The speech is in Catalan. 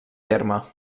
terme